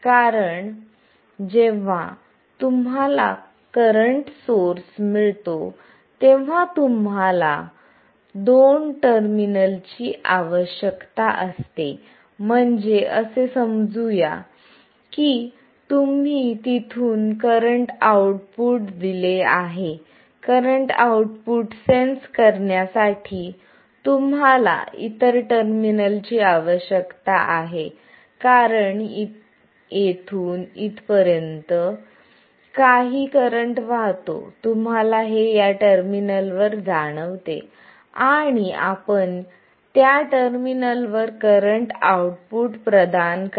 कारण जेव्हा तुम्हाला करंट सोर्स मिळतो तेव्हा तुम्हाला दोन टर्मिनलची आवश्यकता असते म्हणजे असे समजू या की तुम्ही तिथून करंट आऊटपुट दिले आहे करंट आऊटपुट सेन्स करण्यासाठी तुम्हाला इतर टर्मिनलची आवश्यकता आहे कारण येथून इथून तिथपर्यंत काही करंट वाहतो तुम्हाला हे या टर्मिनलवर जाणवते आणि आपण त्या टर्मिनलवर करंट आउटपुट प्रदान करता